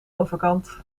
overkant